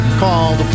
called